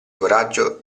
coraggio